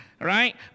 Right